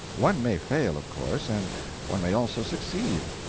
one may fail, of course and one may also succeed.